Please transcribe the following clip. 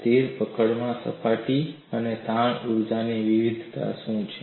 સ્થિર પકડમાં સપાટી અને તાણ ઊર્જાની વિવિધતા શું છે